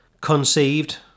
conceived